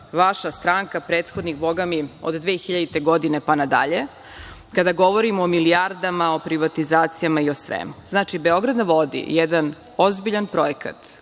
vaša stranka prethodnih, boga mi, od 2000. godina pa nadalje, kada govorimo o milijardama, o privatizacijama i o svemu. Znači, „Beograd na vodi“ je jedan ozbiljan projekat